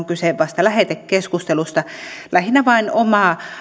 kyse vasta lähetekeskustelusta lähinnä vain omaa